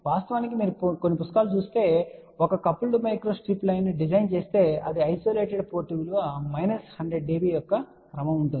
వాస్తవానికి మీరు కొన్ని పుస్తకాలను చదివితే మీరు ఒక కపుల్డ్ మైక్రోస్ట్రిప్ లైన్ను డిజైన్ చేస్తే ఇది ఐసోలేటెడ్ పోర్ట్ విలువ మైనస్ 100 డిబి యొక్క క్రమం కావచ్చు